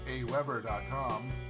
aweber.com